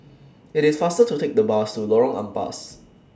IT IS faster to Take The Bus to Lorong Ampas